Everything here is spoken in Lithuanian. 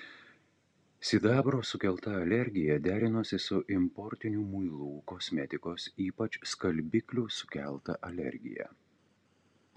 sidabro sukelta alergija derinosi su importinių muilų kosmetikos ypač skalbiklių sukelta alergija